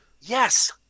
Yes